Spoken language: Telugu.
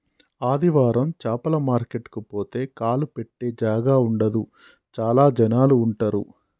ఆదివారం చాపల మార్కెట్ కు పోతే కాలు పెట్టె జాగా ఉండదు చాల జనాలు ఉంటరు